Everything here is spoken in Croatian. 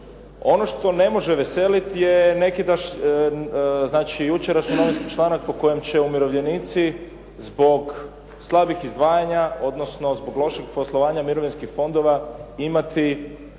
Ono što ne može veseliti je znači jučerašnji novinski članak po kojem će umirovljenici zbog slabih izdvajanja, odnosno zbog loših poslovanja mirovinskih fondova imati